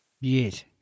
Yes